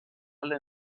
alle